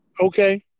Okay